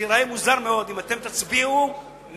זה ייראה מוזר מאוד אם אתם תצביעו נגד